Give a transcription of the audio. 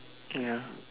ah ya